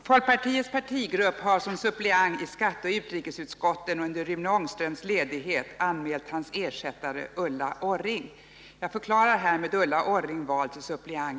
Folkpartiets partigrupp har som suppleant i skatteoch utrikesutskotten under Rune Ångströms ledighet anmält hans ersättare Ulla Orring.